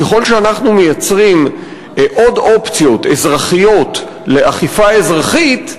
ככל שאנחנו מייצרים עוד אופציות אזרחיות לאכיפה אזרחית,